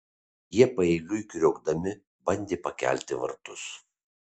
jie paeiliui kriokdami bandė pakelti vartus